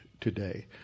today